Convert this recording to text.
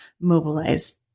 mobilized